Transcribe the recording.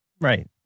Right